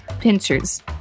pincers